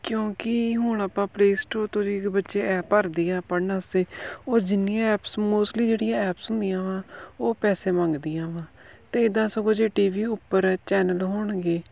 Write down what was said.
ਕਿਉਂਕਿ ਹੁਣ ਆਪਾਂ ਪਲੇਅ ਸਟੋੋਰ ਤੋਂ ਜੇਕਰ ਬੱਚੇ ਐਪ ਭਰਦੇ ਆ ਪੜ੍ਹਨ ਵਾਸਤੇ ਉਹ ਜਿੰਨੀਆਂ ਐਪਸ ਮੋਸਟਲੀ ਜਿਹੜੀਆਂ ਐਪਸ ਹੁੰਦੀਆਂ ਵਾ ਉਹ ਪੈਸੇ ਮੰਗਦੀਆਂ ਵਾ ਅਤੇ ਇੱਦਾਂ ਸਗੋਂ ਜੇ ਟੀ ਵੀ ਉੱਪਰ ਚੈਨਲ ਹੋਣਗੇ